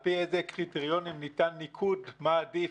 על פי איזה קריטריונים ניתן ניקוד ומה עדיף,